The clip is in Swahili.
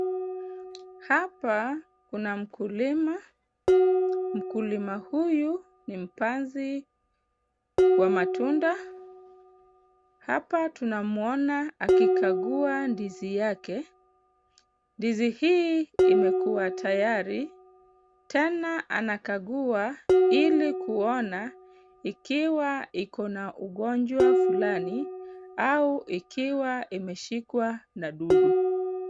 Hapa kuna mkulima, mkulima huyu ni mpanzi wa matunda, hapa tunamwona akikagua ndizi yake. Ndizi hii imekuwa tayari, tena anakagua ili kuona ikiwa iko na ugonjwa fulani au ikiwa imeshikwa na dudu.